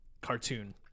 cartoon